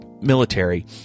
military